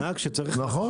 נהג שצריך -- נכון,